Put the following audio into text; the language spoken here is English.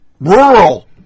Rural